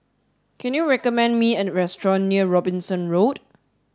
can you recommend me a restaurant near Robinson Road